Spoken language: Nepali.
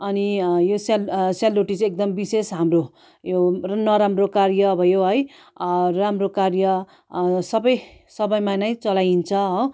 अनि यो सेल सेलरोटी चाहिँ एकदम विशेष हाम्रो यो नराम्रो कार्य भयो है राम्रो कार्य सबै सबैमा नै चलाइन्छ हो